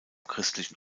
christlichen